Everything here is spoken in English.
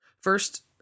First